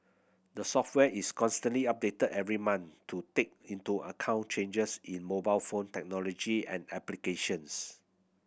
the software is constantly updated every month to take into account changes in mobile phone technology and applications